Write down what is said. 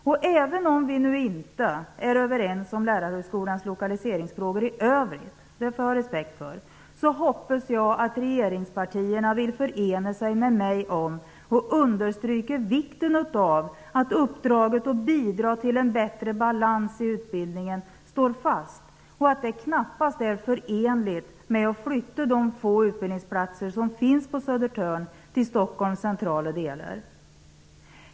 Och även om vi nu inte är överens om Lärarhögskolans lokaliseringsfrågor i övrigt -- det får jag ha respekt för -- hoppas jag att regeringspartierna vill förena sig med mig om att understryka vikten av att uppdraget att bidra till en bättre balans i utbildningen står fast, och att det knappast är förenligt med att flytta de få utbildningsplatser som finns på Södertörn till Stockholms centrala delar.